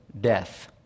death